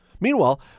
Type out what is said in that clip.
Meanwhile